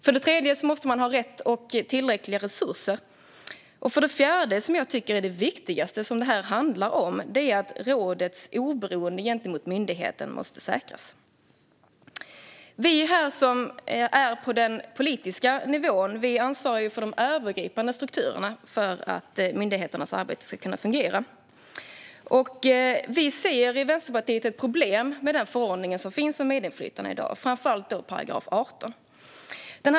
För det tredje måste rådet ha rätt och tillräckliga resurser. För det fjärde, vilket jag tycker är det viktigaste som detta handlar om, måste rådets oberoende gentemot myndigheten säkras. Vi som finns här på den politiska nivån ansvarar för de övergripande strukturerna för att myndigheternas arbete ska kunna fungera. Vi i Vänsterpartiet ser ett problem med den förordning om medinflytande som finns i dag, framför allt § 18.